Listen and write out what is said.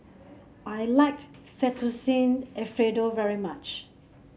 I like Fettuccine Alfredo very much